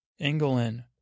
Engelin